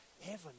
heaven